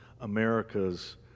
America's